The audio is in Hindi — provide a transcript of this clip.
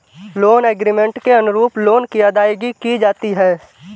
लोन एग्रीमेंट के अनुरूप लोन की अदायगी की जाती है